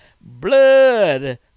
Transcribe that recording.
blood